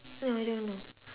no I don't know